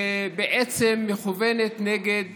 ובעצם מכוונת נגד